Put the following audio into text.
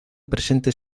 presentes